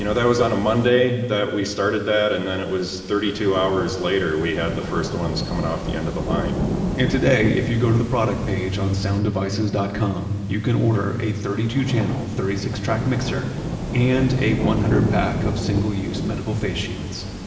you know that was on a monday that we started that. and then it was thirty two hours later, we had the first ones coming off the end of the line and today, if you go to the product page on sounddevices dot com, you can order a thirty two channel thirty six track mixer and a one hundred pack of single-use medical face shields.